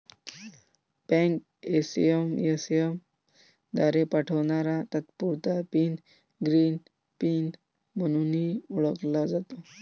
bank SMS द्वारे पाठवणारा तात्पुरता पिन ग्रीन पिन म्हणूनही ओळखला जातो